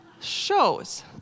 Shows